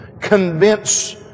convince